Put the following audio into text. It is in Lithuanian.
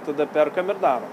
tada perkam ir darom